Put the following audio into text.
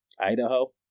Idaho